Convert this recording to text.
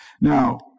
Now